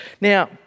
Now